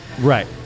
Right